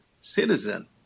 citizen